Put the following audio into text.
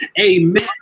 Amen